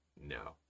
No